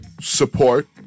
support